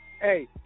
Hey